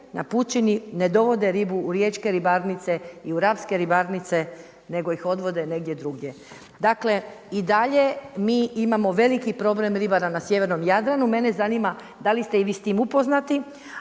na pučini ne dovode ribu u riječke ribarnice i u rapske ribarnice, nego ih odvode negdje drugdje. Dakle i dalje mi imamo veliki problem ribara na sjevernom Jadranu. Mene zanima da li ste i vi s tim upoznati,